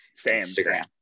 Instagram